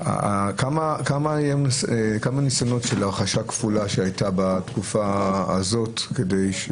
כמה ניסיונות של הרכשה כפולה הייתה בתקופה הזאת כדי ש